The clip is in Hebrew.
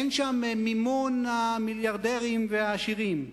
אין שם מימון המיליארדרים והעשירים,